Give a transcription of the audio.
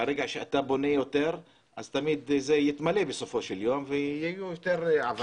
ברגע שאתה בונה יותר זה יתמלא תמיד ויהיו יותר עבריינים.